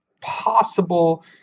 possible